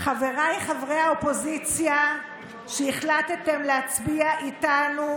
חבריי חברי האופוזיציה שהחליטו להצביע איתנו,